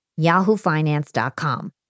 yahoofinance.com